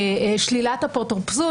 שלילת אפוטרופסות,